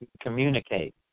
communicate